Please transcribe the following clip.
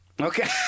Okay